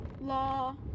Law